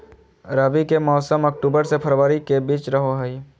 रबी के मौसम अक्टूबर से फरवरी के बीच रहो हइ